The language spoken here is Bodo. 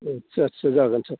आटसा आटसा जागोन सार